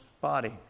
body